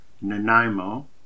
Nanaimo